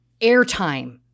airtime